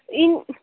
ಇನ್ನು